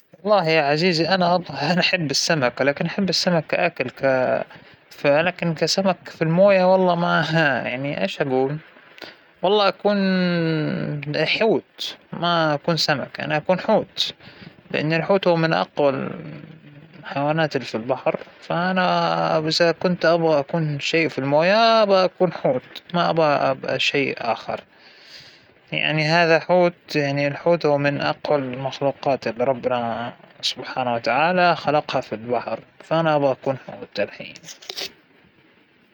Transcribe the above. ما بعرف الكثير عن عالم الكائنات البحرية والأسماك وهذى الشغلات وهكذا, لكن لوإنى راح أكون سمكة, فأنا أبى أكون سمكة شكلها حلو مرة حلو, ملونة وزاهية ملفتة للنظر يعنى، هاى الأسماك بيحكولها أسماك الزينة، بيكون شكلها مرة حلو اكيد أبغى أكون وحدة منهم.